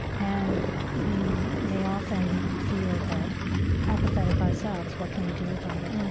and we may often feel that apathetic ourselves, what can we do about it.